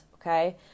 Okay